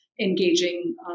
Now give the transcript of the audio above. engaging